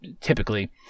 typically